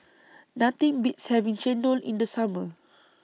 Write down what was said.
Nothing Beats having Chendol in The Summer